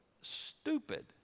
stupid